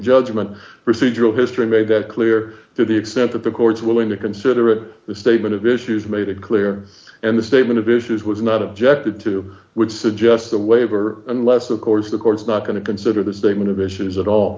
judgment procedural history made that clear to the extent that the court's willing to consider the statement of issues made it clear and the statement of issues was not objected to which suggests the waiver unless of course the court's not going to consider the statement of issues at all